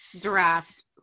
draft